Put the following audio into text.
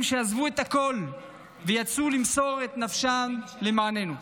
שעזבו את הכול ויצאו למסור את נפשם למעננו.